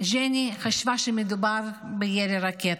ג'ני חשבה שמדובר בירי רקטות.